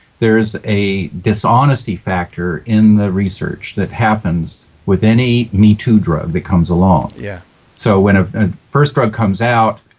there's a dishonesty factor in the research that happens with any me too drug that comes along. yeah so when ah a first drug comes out,